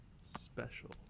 special